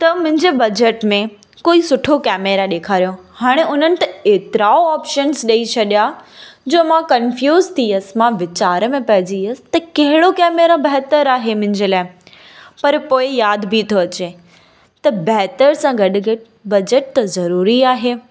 त मुंहिंजे बजेट में कोई सुठो केमेरा ॾेखारियो हाणे उन्हनि त एतिरा ऑप्शन्स ॾेई छॾिया जो मां कंफ़्यूज़ थी वियसि मां वीचार में पेईजी वियसि त कहिड़ो केमेरो बहितर आहे मुंहिंजे लाइ पर पोइ याद बि थो अचे त बहितर सां गॾु गॾु बजेट त ज़रूरी आहे